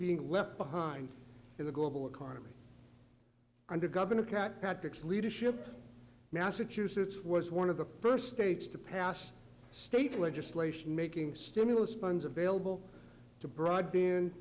being left behind in the global economy under governor pat patrick's leadership massachusetts was one of the purse states to pass state legislation making stimulus funds available to br